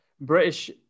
British